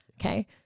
Okay